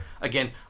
Again